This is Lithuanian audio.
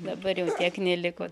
dabar jau tiek neliko